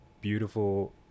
Beautiful